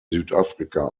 südafrika